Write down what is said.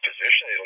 position